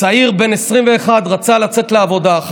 תאפשרו לנו לצאת ולעבוד.